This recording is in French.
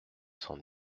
cent